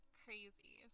crazy